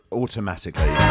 automatically